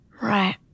Right